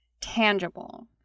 tangible